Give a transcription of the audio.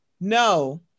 No